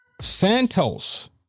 Santos